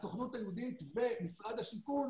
הסוכנות היהודית ומשרד השיכון,